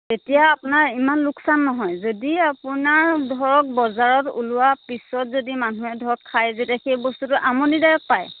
তেতিয়া আপোনাৰ ইমান লোকচান নহয় যদি আপোনাৰ ধৰক বজাৰত ওলোৱা পিছত যদি মানুহে ধৰক খায় যেতিয়া সেই বস্তুতো আমনিদায়ক পায়